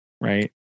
right